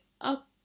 up